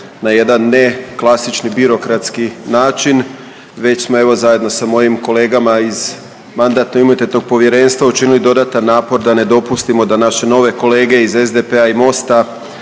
na jedan ne klasični birokratski način. Već smo evo zajedno sa mojim kolegama iz MIP-a učinili dodatan napor da ne dopustimo da naše nove kolege iz SDP-a i Mosta